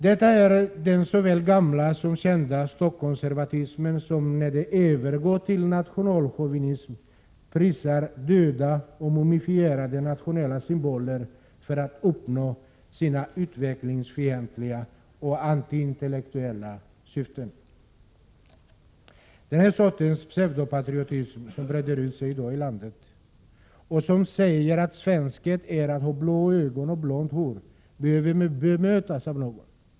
Detta är den såväl gamla som kända stockkonservatismen, som när den övergår till nationalchauvinism prisar döda och mumifierade nationella symboler för att uppnå sina utvecklingsfientliga och antiintellektuella syften. Den här sortens pseudopatriotism, som breder ut sig i landet i dag och som säger att svenskhet är att ha blå ögon och blont hår, behöver bemötas av någon.